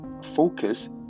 focus